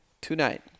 Tonight